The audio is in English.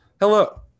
Hello